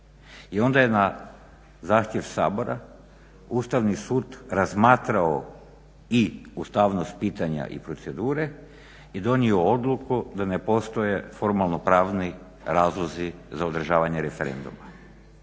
i onda je na zahtjev Sabora Ustavni sud razmatrao i ustavnost pitanja i procedure i donio odluku da ne postoje formalno pravni razlozi za održavanje referenduma.